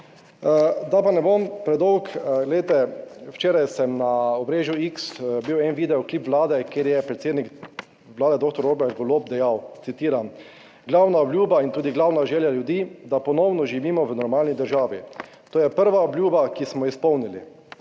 Da pa ne bom predolg, glejte, včeraj sem na omrežju X bil en video klic vlade, kjer je predsednik vlade doktor Robert Golob dejal, citiram: "Glavna obljuba in tudi glavna želja ljudi, da ponovno živimo v normalni državi, to je prva obljuba, ki smo jo izpolnili."